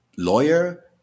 Lawyer